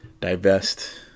divest